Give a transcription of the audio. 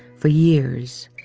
for years,